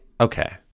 okay